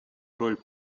роль